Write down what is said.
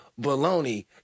baloney